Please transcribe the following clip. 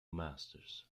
masters